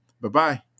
Bye-bye